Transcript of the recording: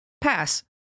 pass